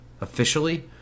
officially